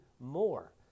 more